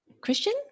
Christian